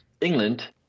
England